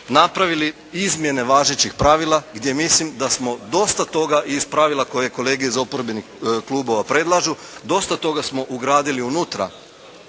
napravili izmjene važećih pravila gdje mislim da smo dosta toga i ispravili koje kolege iz oporbenih klubova predlažu, dosta toga smo ugradili unutra